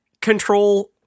control